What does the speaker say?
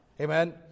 Amen